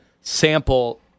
sample